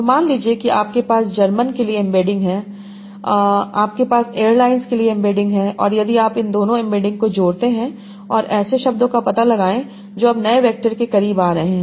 तो मान लीजिए कि आपके पास जर्मन के लिए एम्बेडिंग है आपके पास एयरलाइंस के लिए एम्बेडिंग है और यदि आप इन दोनों एम्बेडिंग को जोड़ते हैं और ऐसे शब्दों का पता लगाएं जो अब नए वेक्टर के करीब आ रहे हैं